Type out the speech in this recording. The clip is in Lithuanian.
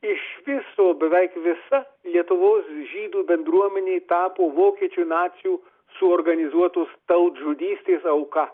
iš viso beveik visa lietuvos žydų bendruomenė tapo vokiečių nacių suorganizuotos tautžudystės auka